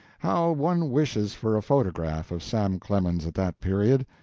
how one wishes for a photograph of sam clemens at that period!